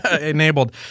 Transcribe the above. enabled